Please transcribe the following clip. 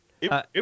It